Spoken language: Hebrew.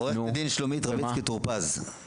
עורכת דין שלומית רביצקי טור פז,